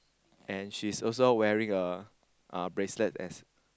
and she's also wearing a uh bracelet as